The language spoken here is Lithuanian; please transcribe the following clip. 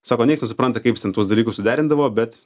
sako nieks nesupranta kaip jis ten tuos dalykus suderindavo bet